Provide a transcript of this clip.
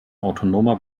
autonomer